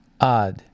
odd